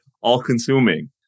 all-consuming